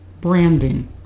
branding